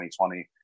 2020